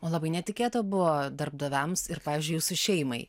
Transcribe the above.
o labai netikėta buvo darbdaviams ir pavyzdžiui jūsų šeimai